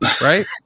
right